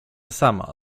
sama